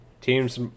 teams